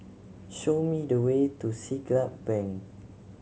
show me the way to Siglap Bank